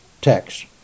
text